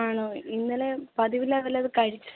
ആണോ ഇന്നലെ പതിവില്ലാതെ വല്ലതും കഴിച്ചോ